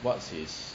what's his